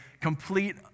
complete